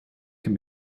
can